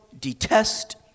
detest